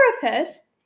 therapist